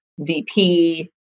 VP